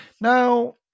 Now